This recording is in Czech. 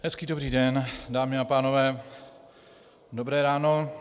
Hezký dobrý den, dámy a pánové, dobré ráno.